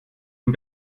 von